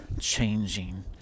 changing